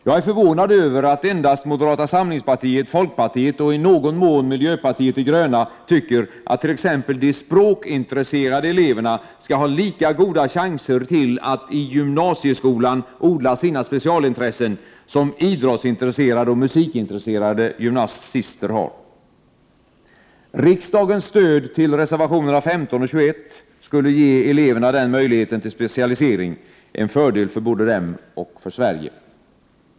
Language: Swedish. Jag är förvånad över att det endast är moderata samlingspartiet, folkpartiet och i någon mån miljöpartiet de gröna som anser att t.ex. de språkintresserade eleverna skall ha lika goda chanser till att i gymnasieskolan odla sina specialintressen som de idrottsintresserade och musikintresserade gymnasisterna har. Riksdagens stöd till reservationerna 15 och 21 skulle ge eleverna den möjligheten till specialisering, till fördel både för dem och för Sverige.